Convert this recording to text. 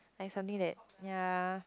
like something that ya